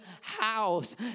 house